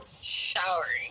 showering